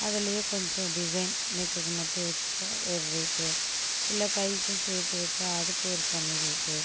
அதுலேயே கொஞ்சம் டிசைன் நெக்குக்கு மட்டும் வச்சால் ஒரு ரேட்டு இல்லை கைக்கும் சேர்த்து வச்சால் அதுக்கு ஒரு தனி ரேட்டு